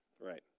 Right